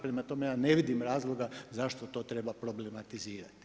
Prema tome ja ne vidim razloga zašto to treba problematizirati.